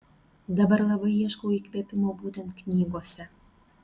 dabar labai ieškau įkvėpimo būtent knygose